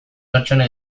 pertsona